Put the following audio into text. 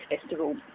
Festival